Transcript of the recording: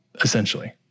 essentially